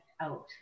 out